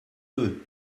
peu